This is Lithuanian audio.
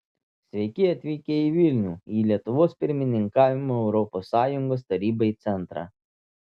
sveiki atvykę į vilnių į lietuvos pirmininkavimo europos sąjungos tarybai centrą